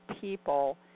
people